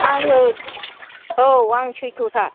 आङो औ आं सैथ'था